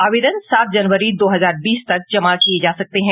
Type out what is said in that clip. आवेदन सात जनवरी दो हजार बीस तक जमा किए जा सकते हैं